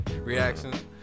Reactions